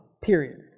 Period